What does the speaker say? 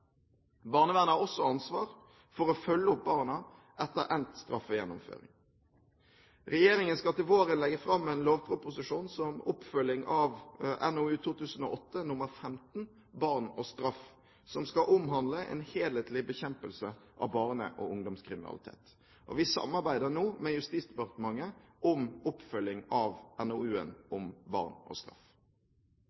Barnevernet har også ansvar for å følge opp barna etter endt straffegjennomføring. Regjeringen skal til våren legge fram en lovproposisjon som oppfølging av NOU 2008:15, Barn og straff, som skal omhandle en helhetlig bekjempelse av barne- og ungdomskriminalitet. Vi samarbeider nå med Justisdepartementet om oppfølging av